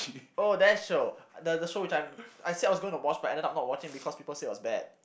oh that show the the show which I'm said I was gonna watch but ended up not watching because people said it was bad